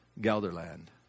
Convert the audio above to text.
Gelderland